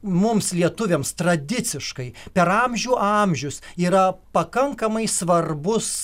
mums lietuviams tradiciškai per amžių amžius yra pakankamai svarbus